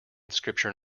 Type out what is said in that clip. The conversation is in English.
scripture